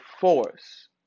force